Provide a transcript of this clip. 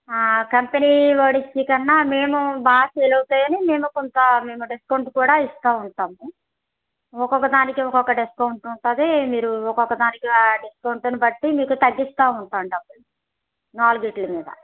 ఆ కంపెనీ వాడు ఇచ్చేకన్నామేము బాగా సేల్ అవుతాయని మేము కొంత డిస్కౌంట్ కూడా ఇస్తూ ఉంటాం ఒక్కొక్క దానికి ఒక్కొక్క డిస్కౌంట్ ఉంటుంది మీరు ఒక్కొక్క దానికి డిస్కౌంట్ను బట్టి మీకు తగ్గిస్తూ ఉంటాము నాలుగింటి మీద